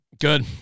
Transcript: Good